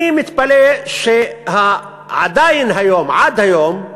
אני מתפלא שעדיין היום, עד היום,